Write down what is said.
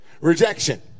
rejection